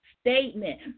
statement